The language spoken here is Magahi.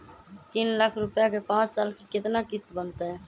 तीन लाख रुपया के पाँच साल के केतना किस्त बनतै?